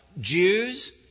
Jews